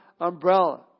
umbrella